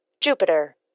Jupiter